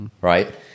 right